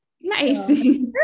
Nice